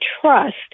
trust